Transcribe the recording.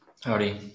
Howdy